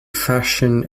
fashion